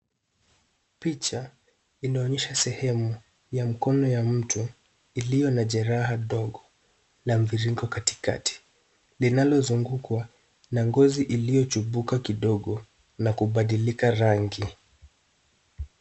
Picha inaonyesha sehemu ya mkono ya mtu iliyo na jeraha dogo la mvirringo katikati linalo zungukwa na ngozi iliyo chupuka kidogo na kubadilika rangi